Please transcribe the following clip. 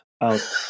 out